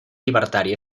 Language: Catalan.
llibertari